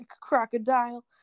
crocodile